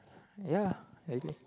ya I think